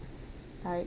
like